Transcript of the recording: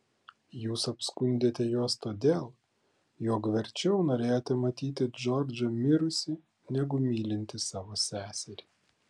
jūs apskundėte juos todėl jog verčiau norėjote matyti džordžą mirusį negu mylintį savo seserį